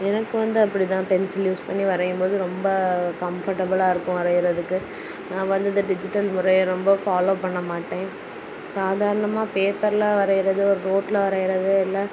எனக்கு வந்து அப்படி தான் பென்சில் யூஸ் பண்ணி வரையும் போது ரொம்ப கம்ஃபர்ட்டபுளாக இருக்கும் வரைகிறதுக்கு நான் வந்து இந்த டிஜிட்டல் முறையை ரொம்ப ஃபாலோ பண்ணமாட்டேன் சாதாரணமாகபேப்பர்ல வரையிறது ஒரு நோட்ல வரைகிறது இல்லை